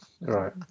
Right